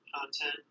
content